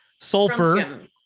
Sulfur